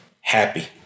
happy